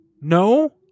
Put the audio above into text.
No